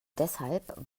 deshalb